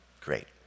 great